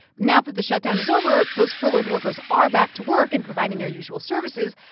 now that the shutdown is over, those furloughed workers are back to work and providing their usual services.